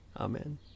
Amen